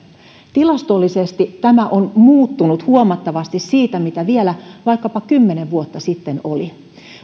tilastollisesti tämä on muuttunut huomattavasti siitä mitä vielä vaikkapa kymmenen vuotta sitten oli